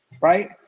Right